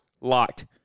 locked